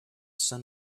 sun